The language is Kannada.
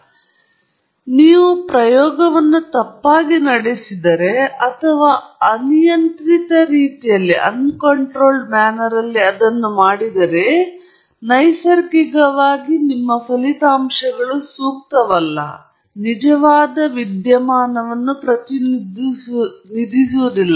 ಆದ್ದರಿಂದ ನೀವು ಪ್ರಯೋಗವನ್ನು ತಪ್ಪಾಗಿ ನಡೆಸಿದರೆ ಅಥವಾ ನೀವು ಅನಿಯಂತ್ರಿತ ರೀತಿಯಲ್ಲಿ ಅದನ್ನು ಮಾಡಿದರೆ ನೈಸರ್ಗಿಕವಾಗಿ ನಿಮ್ಮ ಫಲಿತಾಂಶಗಳು ಸೂಕ್ತವಲ್ಲ ನಿಜವಾದ ವಿದ್ಯಮಾನವನ್ನು ಪ್ರತಿನಿಧಿಸುವುದಿಲ್ಲ